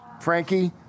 frankie